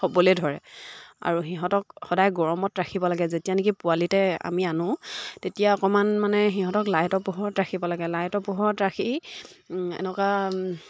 হ'বলে ধৰে আৰু সিহঁতক সদায় গৰমত ৰাখিব লাগে যেতিয়া নেকি পোৱালিতে আমি আনো তেতিয়া অকণমান মানে সিহঁতক লাইটৰ পোহৰত ৰাখিব লাগে লাইটৰ পোহৰত ৰাখি এনেকুৱা